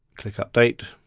click update.